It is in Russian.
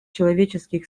человеческих